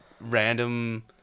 random